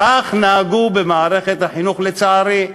כך נהגו במערכת החינוך, לצערי.